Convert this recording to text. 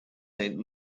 saint